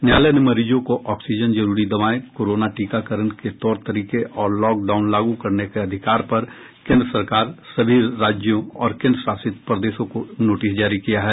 न्यायालय ने मरीजों को ऑक्सीजन जरूरी दवाएं कोरोना टीकाकरण के तौर तरीके और लॉकडाउन लागू करने के अधिकार पर केन्द्र सरकार सभी राज्यों और केन्द्र शासित प्रदेशों को नोटिस जारी किया है